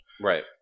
right